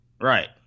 Right